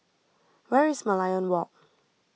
where is Merlion Walk